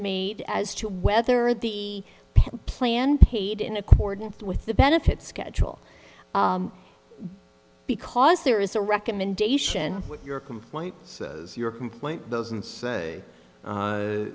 made as to whether the plan paid in accordance with the benefit schedule because there is a recommendation with your complaint says your complaint doesn't say